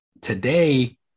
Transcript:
Today